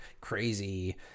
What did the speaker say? crazy